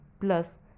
plus